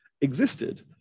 existed